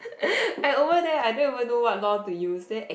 I over there I don't even know what law to use then e~